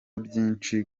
byinshi